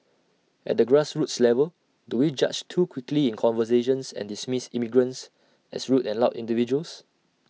at the grassroots level do we judge too quickly in conversations and dismiss immigrants as rude and loud individuals